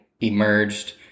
emerged